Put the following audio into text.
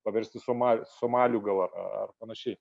paversti somalio somaliu gal ar panašiai